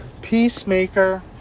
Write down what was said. Peacemaker